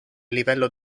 livello